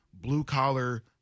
blue-collar